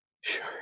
Sure